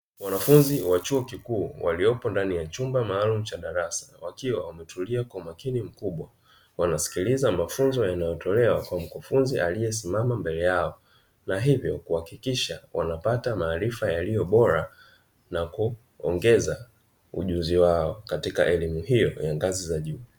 Wanafunzi wa chuo kikuu waliopo ndani ya chumba maalumu cha darasa, wakiwa wametulia kwa umakini mkubwa wanasikiliza mafunzo yanayotolewa kwa mkufunzi aliyesimama mbele yao, na hivyo kuhakikisha wanapata maarifa yaliyo bora, na kuongeza ujuzi wao katika elimu hiyo ya ngazi za juu.